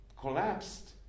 collapsed